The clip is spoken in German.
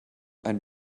ein